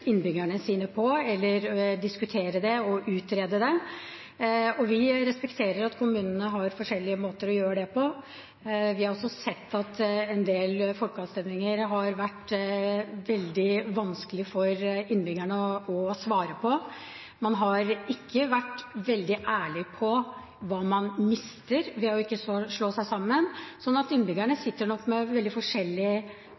innbyggerne sine på, eller å diskutere og utrede det på. Vi respekterer at kommunene har forskjellige måter å gjøre det på. Vi har også sett at det i en del folkeavstemninger har vært veldig vanskelig for innbyggerne å svare. Man har ikke vært veldig ærlig på hva man mister ved ikke å slå seg sammen, så innbyggerne